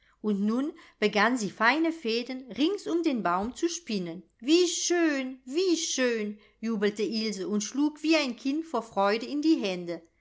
und nun begann sie feine fäden rings um den baum zu spinnen wie schön wie schön jubelte ilse und schlug wie ein kind vor freude in die hände